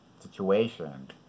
Situation